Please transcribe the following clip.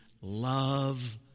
love